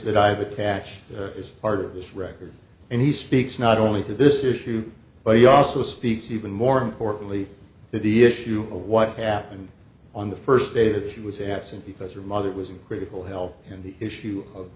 that i have attached is part of this record and he speaks not only to this issue but also speaks even more importantly to the issue of what happened on the first day that she was absent because her mother was in critical health and the issue of